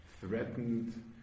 threatened